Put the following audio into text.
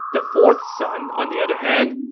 the fourth son, on the other hand,